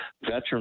veteran